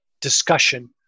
discussion